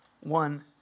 one